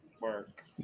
Work